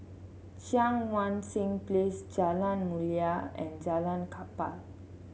Cheang Wan Seng Place Jalan Mulia and Jalan Kapal